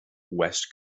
west